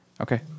Okay